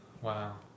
wow